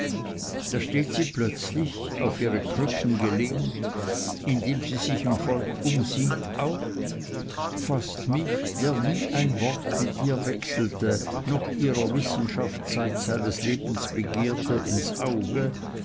da steht sie plötzlich auf ihre krücken gelehnt indem sie sich im volk umsieht auf faßt mich der nie ein wort mit ihr wechselte noch ihrer wissenschaft zeit seines lebens begehrte ins auge